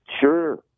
sure